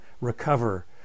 recover